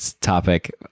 topic